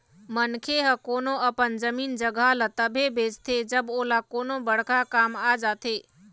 मनखे ह कोनो अपन जमीन जघा ल तभे बेचथे जब ओला कोनो बड़का काम आ जाथे